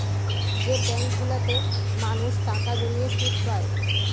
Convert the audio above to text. যে ব্যাঙ্কগুলোতে মানুষ টাকা জমিয়ে সুদ পায়